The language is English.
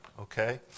Okay